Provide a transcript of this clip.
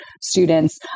students